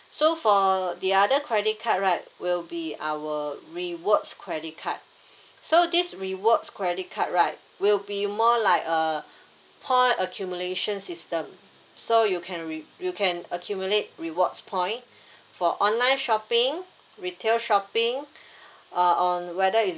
so for the other credit card right will be our rewards credit card so this rewards credit card right will be more like uh point accumulation system so you can re~ you can accumulate rewards point for online shopping retail shopping uh on whether it's